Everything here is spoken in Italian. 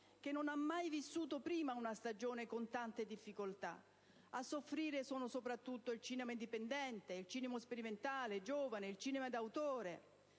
che non ha mai vissuto prima una stagione con tante difficoltà: a soffrire sono soprattutto il cinema indipendente, quello sperimentale, quello giovane e quello d'autore.